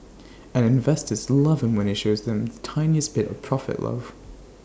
and investors love him when he shows them the tiniest bit of profit love